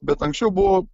bet anksčiau buvo